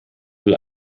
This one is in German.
will